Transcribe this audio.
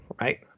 right